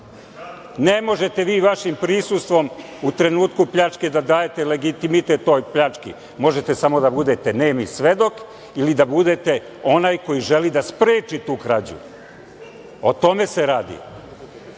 Ne možete vi vašim prisustvom u trenutku pljačke da dajete legitimitet toj pljački. Možete samo da budete nemi svedok ili da budete onaj koji želi da spreči tu krađu. O tome se radi. Ono